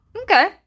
Okay